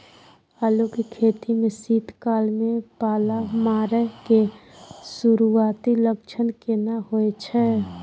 आलू के खेती में शीत काल में पाला मारै के सुरूआती लक्षण केना होय छै?